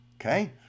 Okay